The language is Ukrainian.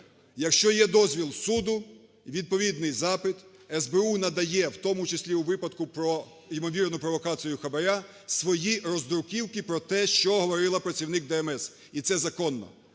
Якщо є дозвіл суду, відповідний запит, СБУ надає, у тому числі у випадку про ймовірну провокацію хабара свої роздруківки про те, що говорила працівник ДМС. І це законно.